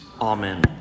Amen